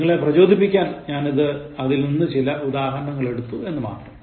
നിങ്ങളെ പ്രജോദിപ്പിക്കാൻ ഞാൻ അതിൽ നിന്ന് ചില ഉദാഹരണങ്ങൾ എടുത്തു എന്ന് മാത്രം